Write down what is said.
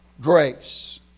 Grace